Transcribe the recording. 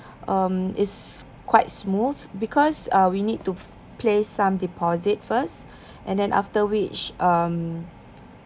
um it's quite smooth because uh we need to place some deposit first and then after which um